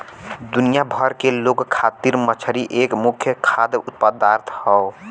दुनिया भर के लोग खातिर मछरी एक मुख्य खाद्य पदार्थ हौ